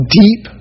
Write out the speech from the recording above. deep